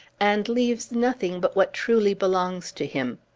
and leaves nothing but what truly belongs to him.